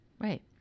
right